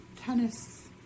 tennis